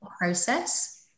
process